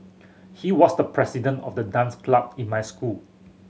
he was the president of the dance club in my school